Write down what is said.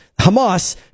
Hamas